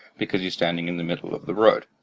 because you're standing in the middle of the road.